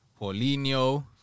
Paulinho